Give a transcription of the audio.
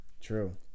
True